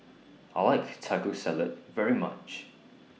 I like Taco Salad very much